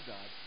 God